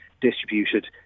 distributed